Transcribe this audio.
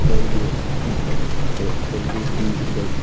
कहिले खोल्ले दि दै